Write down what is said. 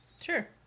Sure